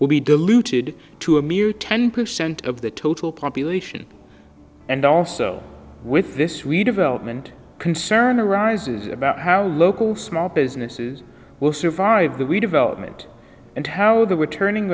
will be diluted to a mere ten percent of the total population and also with this redevelopment concern arises about how local small businesses will survive the redevelopment and how the returning